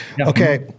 Okay